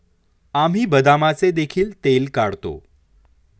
आम्ही बदामाचे देखील तेल काढतो